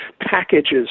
packages